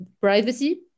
privacy